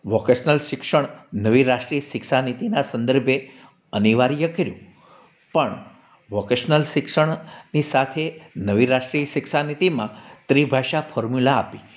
vocational શિક્ષણ નવી રાષ્ટ્રીય શિક્ષા નીતિનાં સંદર્ભે અનિવાર્ય કર્યું પણ વોકેશનલ શિક્ષણ ની સાથે નવી રાષ્ટ્રીય શિક્ષા નીતિમાં ત્રી ભાષા ફોર્મુલા આપી